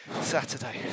Saturday